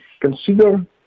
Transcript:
consider